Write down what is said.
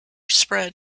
spread